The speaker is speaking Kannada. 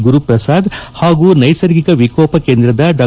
ಗುರುಪ್ರಸಾದ್ ಹಾಗೂ ನೈಸರ್ಗಿಕ ವಿಕೋಪ ಕೇಂದ್ರದ ಡಾ